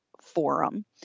forum